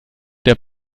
der